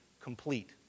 complete